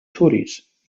tories